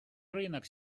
рынок